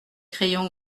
crayons